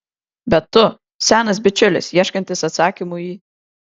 bet tu senas bičiulis ieškantis atsakymų į